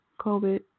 covid